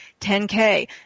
10K